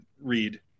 read